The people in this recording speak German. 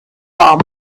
warm